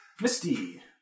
Misty